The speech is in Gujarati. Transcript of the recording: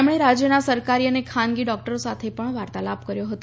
તેમણે રાજ્યના સરકારી અને ખાનગી ડૉક્ટર સાથે પણ વાર્તાલાપ કર્યો હતો